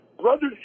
brothers